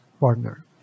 partner